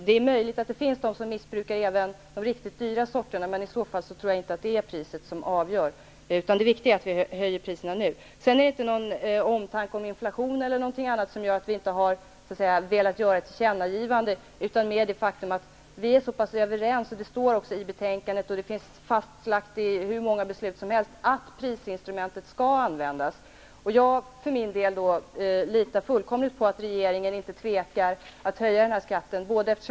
Det är möjligt att det finns personer som även missbrukar de riktigt dyra sorterna, men i så fall tror jag inte att det är priset som avgör. Det viktiga är att vi höjer priserna nu. Det är ingen omtanke om inflationen eller något annat som gör att vi inte har velat göra ett tillkännagivande utan mera det faktum att vi är så pass överens. Det står i betänkandet och är fastlagt i många beslut att prisinstrumentet skall användas. För min del litar jag helt på att regeringen inte tvekar att höja skatten.